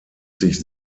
sich